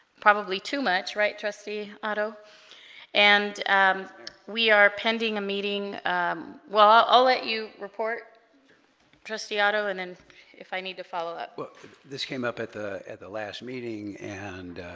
probably too much right trustee otto and we are pending a meeting well i'll let you report trustee otto and then if i need to follow up this came up at the at the last meeting and